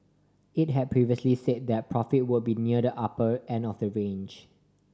it had previously said that profit would be near the upper end of that range